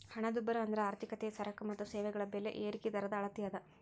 ಹಣದುಬ್ಬರ ಅಂದ್ರ ಆರ್ಥಿಕತೆಯ ಸರಕ ಮತ್ತ ಸೇವೆಗಳ ಬೆಲೆ ಏರಿಕಿ ದರದ ಅಳತಿ ಅದ